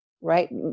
right